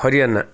Haryana